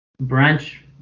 branch